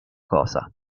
cosa